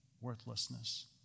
worthlessness